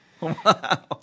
Wow